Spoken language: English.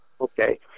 Okay